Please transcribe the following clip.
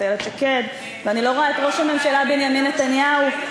איילת שקד ואני לא רואה את ראש הממשלה בנימין נתניהו.